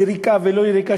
יריקה ולא יריקה,